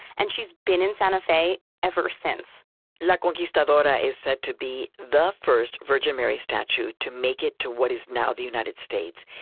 and she's been in santa fe ever since la conquistadora is said to be the first virgin mary statue to make it to what is now the united states.